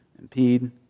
impede